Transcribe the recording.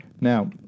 Now